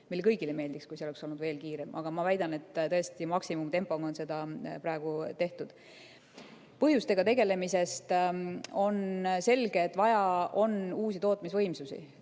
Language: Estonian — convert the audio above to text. Meile kõigile meeldiks, kui see oleks olnud veel kiirem, aga ma väidan, et tõesti maksimumtempoga on seda praegu tehtud. Põhjustega tegelemisest. On selge, et vaja on uusi tootmisvõimsusi.